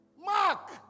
Mark